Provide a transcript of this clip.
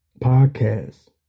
Podcast